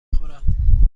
خورم